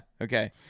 okay